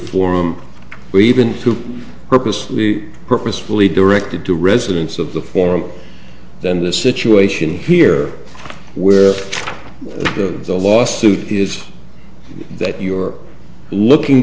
form we've been to purposely purposefully directed to residents of the former than the situation here where the lawsuit is that you're looking